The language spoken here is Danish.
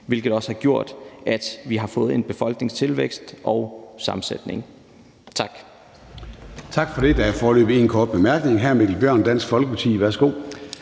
hvilket også har gjort, at vi har fået en befolkningstilvækst og en